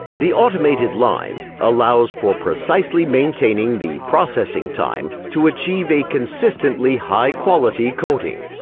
the automated line allows for precisely maintaining the processing time to achieve a consistently high quality coating.